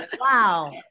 Wow